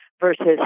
versus